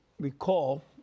Recall